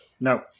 No